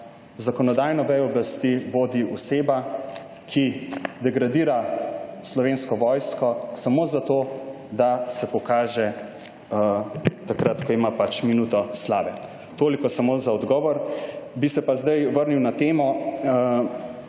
zakonodajno vejo oblasti vodi oseba, ki degradira Slovensko vojsko samo zato, da se pokaže takrat ko ima pač minuto slave. Toliko samo za odgovor. Bi se pa sedaj vrnil na temo.